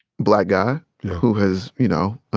black guy who has, you know,